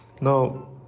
Now